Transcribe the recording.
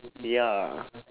ya